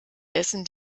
essen